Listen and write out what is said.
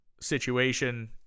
situation